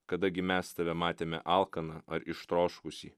kada gi mes tave matėme alkaną ar ištroškusį